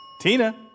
Tina